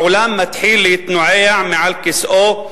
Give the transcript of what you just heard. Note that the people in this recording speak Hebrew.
העולם מתחיל להתנועע על כיסאו.